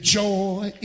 joy